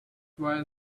while